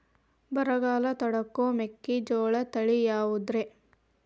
ಬರಗಾಲ ತಡಕೋ ಮೆಕ್ಕಿಜೋಳ ತಳಿಯಾವುದ್ರೇ?